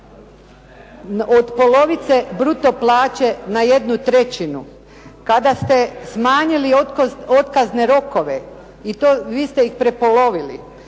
od polovice bruto plaće na jednu trećinu, kada ste smanjili otkazne rokove i to vi ste ih prepolovili.